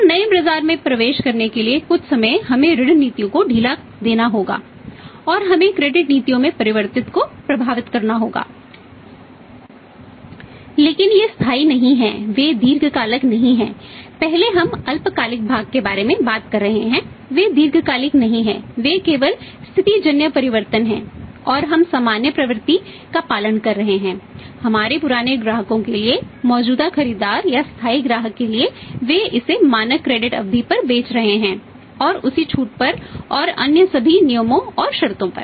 और नए बाजार में प्रवेश करने के लिए कुछ समय हमें ऋण नीतियों में ढील देना होगा और हमें क्रेडिट अवधि पर बेच रहे हैं और उसी छूट पर और अन्य सभी नियमों और शर्तों पर